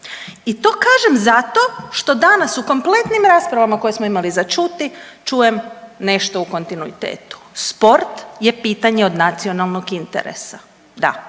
i to kažem zato što danas u kompletnim raspravama koje smo imali za čuti čujem nešto u kontinuitetu. Sport je pitanje od nacionalnog interesa. Da,